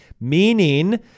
meaning